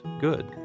good